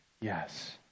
yes